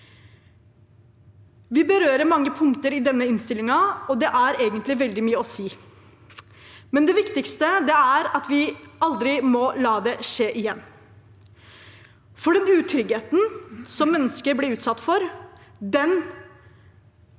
Vi berører mange punkter i denne innstillingen, og det er egentlig veldig mye å si. Det viktigste er at vi aldri må la det skje igjen, for den utryggheten som mennesker ble utsatt for, kan